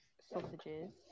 sausages